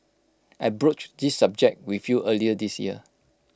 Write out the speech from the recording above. I broached this subject with you early this year